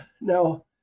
now